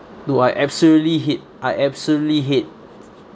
dude I absolutely hate I absolutely hate